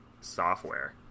software